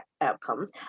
outcomes